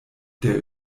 der